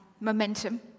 momentum